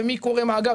ומי קורא מאגר.